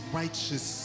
righteous